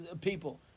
people